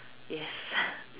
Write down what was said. yes